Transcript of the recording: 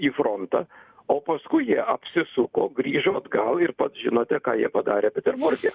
į frontą o paskui jie apsisuko grįžo atgal ir pats žinote ką jie padarė peterburge